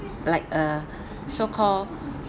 like a so called